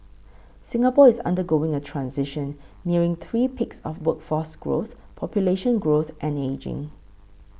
Singapore is undergoing a transition nearing three peaks of workforce growth population growth and ageing